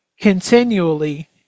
continually